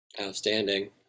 Outstanding